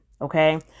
Okay